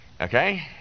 okay